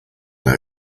know